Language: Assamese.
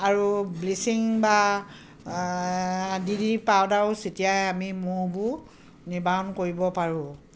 আৰু ব্লিচিং বা ডি ডি টি পাউদাৰো চিটাই আমি মহবোৰ নিৰ্বাৰণ কৰিব পাৰোঁ